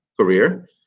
career